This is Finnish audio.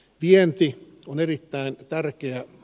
vienti on erittäin tärkeä